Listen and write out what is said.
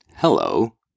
Hello